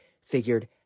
figured